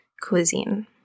cuisine